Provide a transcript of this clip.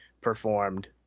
performed